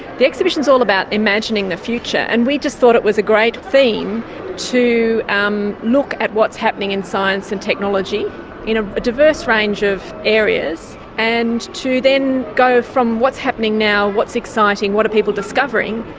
the exhibition's all about imagining the future, and we just thought it was a great theme to um look at what's happening in science and technology in ah a diverse range of areas and to then go from what's happening now, what's exciting, what are people discovering,